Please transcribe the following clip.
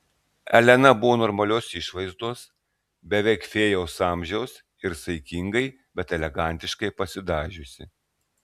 elena buvo normalios išvaizdos beveik fėjos amžiaus ir saikingai bet elegantiškai pasidažiusi